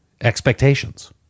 expectations